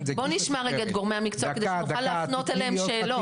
בוא נשמע רגע את גורמי המקצוע כדי שנוכל להפנות אליהם את השאלות.